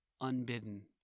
unbidden